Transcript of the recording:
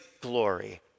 glory